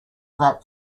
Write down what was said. that